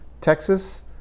Texas